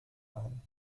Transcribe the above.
ein